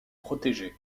protégée